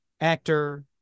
actor